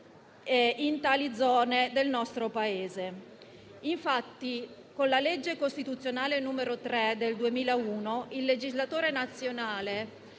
in tali zone del nostro Paese. Infatti, con la legge costituzionale n. 3 del 2001 il legislatore nazionale